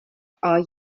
are